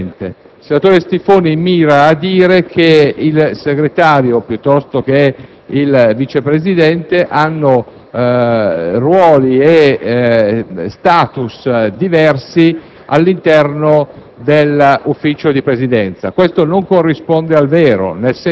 È un argomento che non ritengo convincente. Il senatore Stiffoni mira a dire che il Segretario piuttosto che il Vice presidente hanno ruoli e *status* diversi all'interno